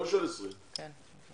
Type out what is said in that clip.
הם לא של 20'. נכון,